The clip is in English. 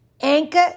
Anchor